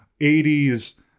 80s